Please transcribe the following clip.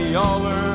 over